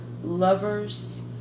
lovers